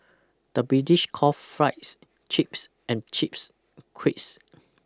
the British call fries chips and chips crisps